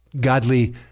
godly